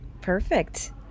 Perfect